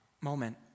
moment